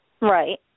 Right